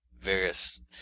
various